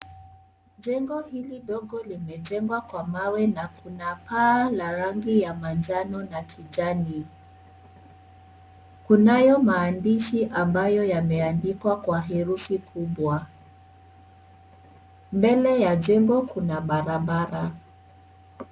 Jengo hili ndogo limejengwa kwa mawe na kuna paa la rangi ya manjano na kijani. Kunayo maandishi ambayo yameandikwa kwa herufi kubwa. Mbele ya jengo kuna barabara.